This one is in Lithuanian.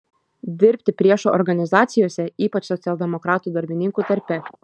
dirbti priešo organizacijose ypač socialdemokratų darbininkų tarpe